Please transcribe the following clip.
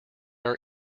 are